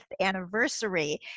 anniversary